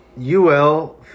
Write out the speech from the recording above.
UL